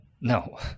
No